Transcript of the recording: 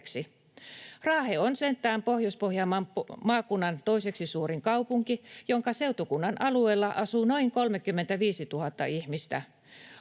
Raahe on sentään Pohjois-Pohjanmaan maakunnan toiseksi suurin kaupunki, jonka seutukunnan alueella asuu noin 35 000 ihmistä.